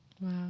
Wow